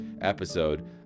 episode